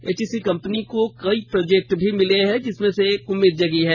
HEC company को कई project भी मिले हैं जिससे एक उम्मीद जगी है